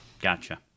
gotcha